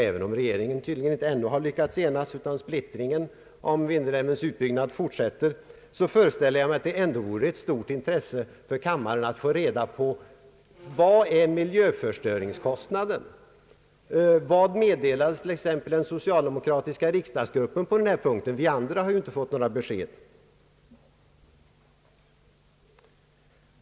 Även om regeringen inte ännu har enats, utan splittringen om Vindelälvens utbyggnad fortsätter, föreställer jag mig att det kunde vara av stort intresse för kammarens ledamöter att få reda på vilken miljöförstöringskostnad man räknat med. Vilket meddelande har den socialdemokratiska gruppen fått på den punkten? Vi andra har ju inte fått något besked.